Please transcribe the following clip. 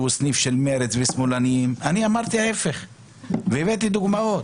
שהוא סניף של מרצ ושמאלנים אני אמרתי ההפך והבאתי דוגמאות.